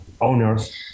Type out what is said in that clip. owners